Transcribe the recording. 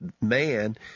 man